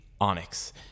Onyx